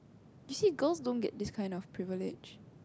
you see girls don't get this kind of privilege